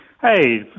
Hey